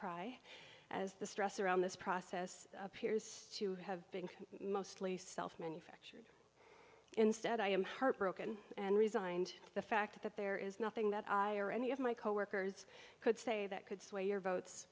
cry as the stress around this process appears to have been mostly self manufactured instead i am heartbroken and resigned to the fact that there is nothing that i or any of my coworkers could say that could sway your votes